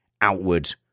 outward